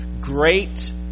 great